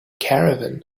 caravan